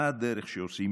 מה הדרך שעושים,